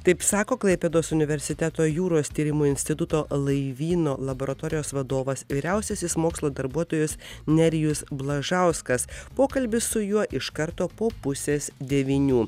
taip sako klaipėdos universiteto jūros tyrimų instituto laivyno laboratorijos vadovas vyriausiasis mokslo darbuotojas nerijus blažauskas pokalbis su juo iš karto po pusės devynių